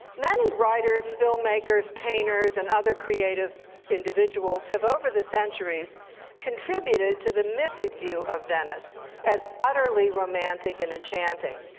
many writers, filmmakers, painters and other creative individuals have over the centuries contributed to the mythic view of venice as utterly romantic and enchanting.